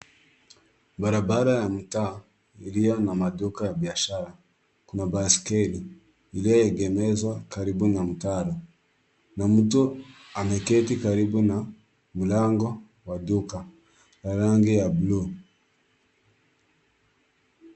Barabara ya mtaa iliyo na maduka ya biashara. Kuna baiskeli, iliyoegemezwa karibu na mtaro na mtu ameketi karibu na mlango wa duka ya rangi ya bluu.